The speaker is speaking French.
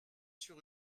sur